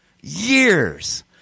years